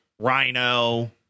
Rhino